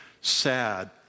sad